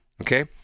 Okay